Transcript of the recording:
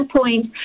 point